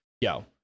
yo